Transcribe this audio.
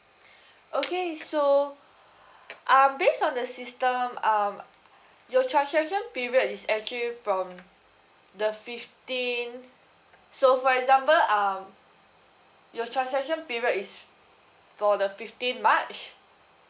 okay so um based on the system um your transaction period is actually from the fifteenth so for example um your transaction period is for the fifteenth march